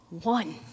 one